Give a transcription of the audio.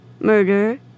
murder